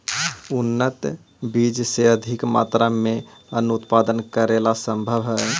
उन्नत बीज से अधिक मात्रा में अन्नन उत्पादन करेला सम्भव हइ